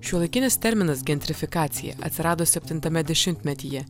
šiuolaikinis terminas gentrifikacija atsirado septintame dešimtmetyje